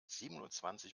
siebenundzwanzig